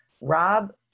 Rob